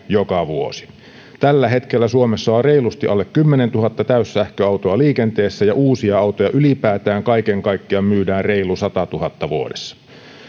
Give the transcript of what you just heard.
joka vuosi tällä hetkellä suomessa on reilusti alle kymmenentuhatta täyssähköautoa liikenteessä ja uusia autoja ylipäätään kaiken kaikkiaan myydään reilu sadassatuhannessa vuodessa